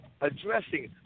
addressing